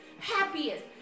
happiest